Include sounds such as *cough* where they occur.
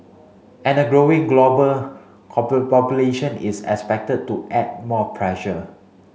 and a growing global *unintelligible* population is expected to add more pressure